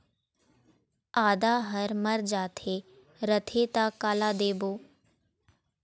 आदा हर मर जाथे रथे त काला देबो?